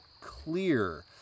clear